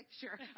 Sure